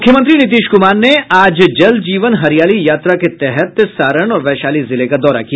मुख्यमंत्री नीतीश कुमार ने आज जल जीवन हरियाली यात्रा के तहत सारण और वैशाली जिले का दौरा किया